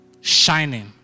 shining